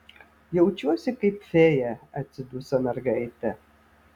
jaučiuosi kaip fėja atsiduso mergaitė